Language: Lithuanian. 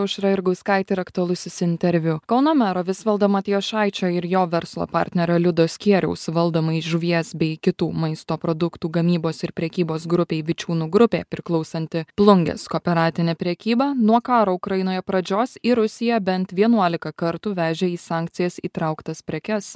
aušra jurgauskaitė ir aktualusis interviu kauno mero visvaldo matijošaičio ir jo verslo partnerio liudo skieraus valdomai žuvies bei kitų maisto produktų gamybos ir prekybos grupei vičiūnų grupė priklausanti plungės kooperatinė prekyba nuo karo ukrainoje pradžios į rusiją bent vienuolika kartų vežė į sankcijas įtrauktas prekes